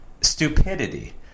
stupidity